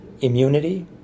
immunity